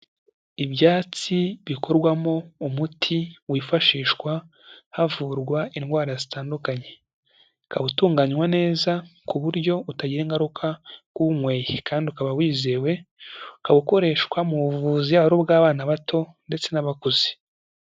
Ibyatsi bikorwamo umuti wifashishwa havurwa indwara zitandukanye. Ukaba utunganywa neza ku buryo utagira ingaruka k'uwunyweye. Kandi ukaba wizewe ukaba ukoreshwa mu buvuzi ari ubw'abana bato ndetse n'abakuze.